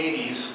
80s